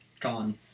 gone